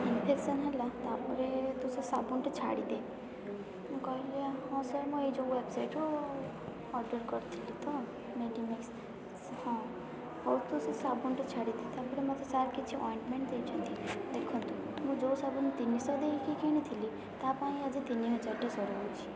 infection ହେଲା ତା'ପରେ ତୁ ସେ ସାବୁନ୍ଟା ଛାଡ଼ିଦେ ମୁଁ କହିଲି ହଁ ସାର୍ ମୁଁ ୟେ ଯୋଉ ୱେବସାଇଟ୍ରୁ ଅର୍ଡ଼ର୍ କରିଥିଲି ତ ମେଡ଼ିମିକ୍ସ ହଁ ହଉ ତୁ ସେ ସାବୁନ୍କୁ ଛାଡ଼ିଦେ ତା'ପରେ ସାର୍ ମତେ କିଛି ଅଏଣ୍ଟମେଣ୍ଟ୍ ଦେଇଛନ୍ତି ଦେଖନ୍ତୁ ମୁଁ ଯେଉଁ ସାବୁନ୍ ତିନଶହ ଦେଇକି କିଣିଥିଲି ତା'ପାଇଁ ଆଜି ତିନିହଜାର୍ ଟେ ସାରୁଛି